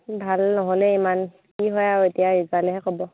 ভাল নহ'লে ইমান কি হয় আৰু এতিয়া ৰিজাল্টেহে ক'ব